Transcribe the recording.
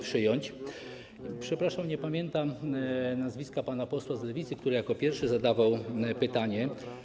Przepraszam, nie pamiętam nazwiska pana posła z Lewicy, który jako pierwszy zadawał pytanie.